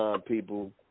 people